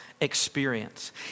experience